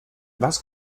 was